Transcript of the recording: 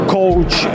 coach